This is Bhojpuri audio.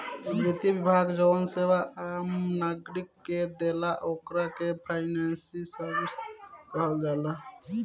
वित्त विभाग जवन सेवा आम नागरिक के देला ओकरा के फाइनेंशियल सर्विस कहल जाला